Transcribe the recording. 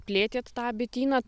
plėtėt tą bityną